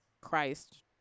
Christ